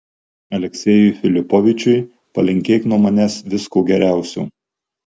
aleksejui filipovičiui palinkėk nuo manęs visko geriausio